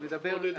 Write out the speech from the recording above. אז בוא נדייק.